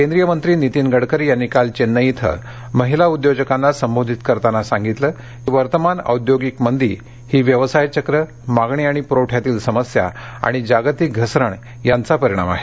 केंद्रीय मंत्री नितीन गडकरी यांनी काल चेन्नई इथं महिला उद्योजकांना संबोधित करताना सांगितलं की वर्तमान औद्योगिक मंदी ही व्यवसाय चक्र मागणी आणि पुरवठ्यातील समस्या आणि जागतिक घसरण यांचा परिणाम आहे